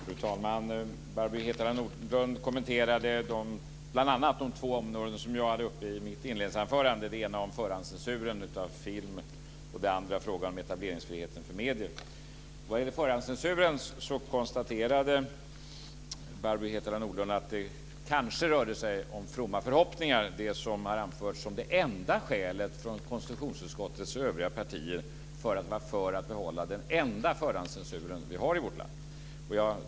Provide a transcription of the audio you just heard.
Fru talman! Barbro Hietala Nordlund kommenterade bl.a. de två områden som jag hade uppe i mitt inledningsanförande. Det ena gällde förhandscensuren av film, det andra frågan om etableringsfriheten för medier. Hietala Nordlund att det som har framförts som det enda skälet från konstitutionsutskottets övriga partier för att vara för att behålla den enda förhandscensur vi har i vårt land kanske var fromma förhoppningar.